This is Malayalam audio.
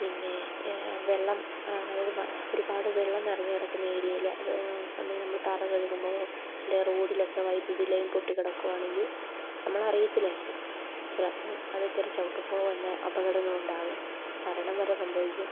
പിന്നെ വെള്ളം അതായത് ഒരുപാട് വെള്ളം നിറഞ്ഞ് കിടക്കുന്ന ഏരിയയിൽ അത് ഒന്നേ നമ്മൾ തറ കഴുകുമ്പോഴും റോഡിലൊക്കെ വൈദ്യുതി ലൈൻ പൊട്ടി കിടക്കുവാണെങ്കിൽ നമ്മൾ അറിയത്തില്ലായിരിക്കും ചിലപ്പം അത് കയറി ചവിട്ടുമ്പോൾ തന്നെ അപകടങ്ങളുണ്ടാകും മരണം വരെ സംഭവിക്കും